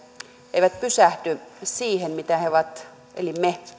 eivät pysähdy siihen mitä he eli me